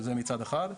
זה מצד אחד.